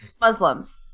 Muslims